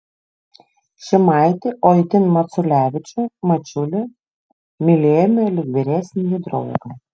šimaitį o itin maculevičių mačiulį mylėjome lyg vyresnįjį draugą